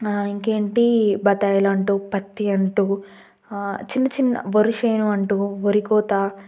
ఇంకేంటీ బత్తాయిలంటూ పత్తి అంటూ చిన్న చిన్న వరి చేను అంటూ వరి కోత